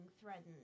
threatened